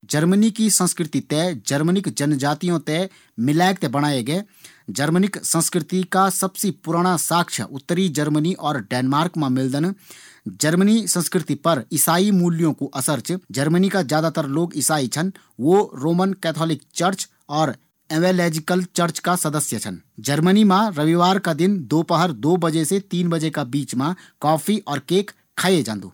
जर्मनी की संस्कृति थें जर्मनी की जनजातियों थें मिलेक बणाये गै। जर्मनी की संस्कृति का सबसे पुराणा साक्ष्य उत्तरी जर्मनी और डेनमार्क मा मिलदिन। जर्मनी संस्कृति पर ईसाई मूल्यों कू असर च। जर्मनी का ज्यादातर लोग ईसाई छन। वू रोमन कैथोलिक चर्च और एमएलेजिकल चर्च का सदस्य छन। जर्मनी मा रविवार का दिन दोपहर दो बजे से तीन बजे का बीच मा कॉफी और केक खाये जांदू।